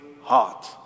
heart